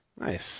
Nice